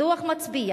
הדוח מצביע